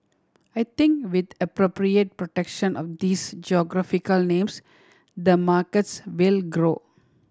I think with appropriate protection of these geographical names the markets will grow